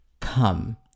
come